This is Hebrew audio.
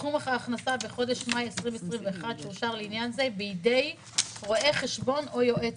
סכום ההכנסה בחודש מאי 2021 שאושר לעניין זה בידי רואה חשבון או יועץ